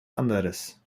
anderes